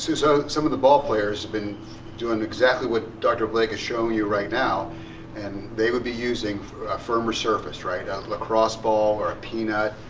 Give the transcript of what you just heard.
so some of the ball players have been doing exactly what dr. blake is showing you right now and they would be using a firmer surface, right? ah a lacrosse ball or a peanut.